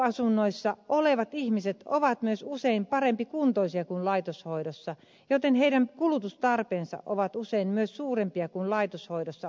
palveluasunnoissa olevat ihmiset ovat myös usein parempikuntoisia kuin laitoshoidossa olevat joten heidän kulutustarpeensa ovat usein myös suurempia kuin laitoshoidossa olevilla